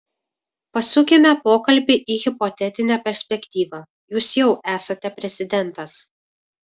pasukime pokalbį į hipotetinę perspektyvą jūs jau esate prezidentas